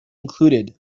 included